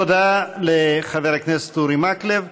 תודה לחבר הכנסת אורי מקלב.